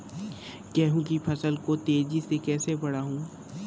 गेहूँ की फसल को तेजी से कैसे बढ़ाऊँ?